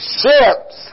ships